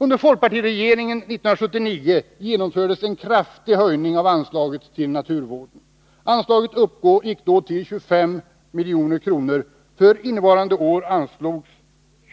Under folkpartiregeringen 1979 genomfördes en kraftig höjning av anslaget till naturvården. Anslaget uppgick då till 25 milj.kr. För innevarande år anslogs